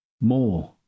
more